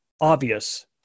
obvious